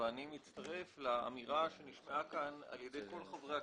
אני מצטרף לאמירה שנשמעה כאן על ידי כל חברי הכנסת,